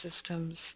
systems